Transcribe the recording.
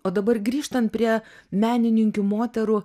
o dabar grįžtant prie menininkių moterų